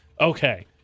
Okay